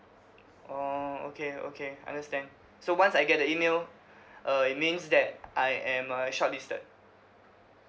orh okay okay understand so once I get the email uh it means that I am uh short listed